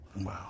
Wow